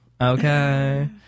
Okay